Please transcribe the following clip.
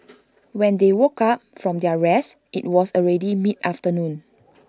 when they woke up from their rest IT was already mid afternoon